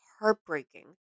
heartbreaking